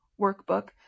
workbook